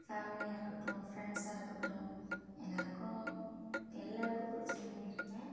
ஃபேமிலியாக இருக்கட்டும் ஃப்ரெண்ட்ஸாக இருக்கட்டும் எல்லோருக்கும் எல்லோருக்கும் பிடிச்ச மாதிரி இருப்பேன்